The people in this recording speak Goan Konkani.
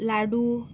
लाडू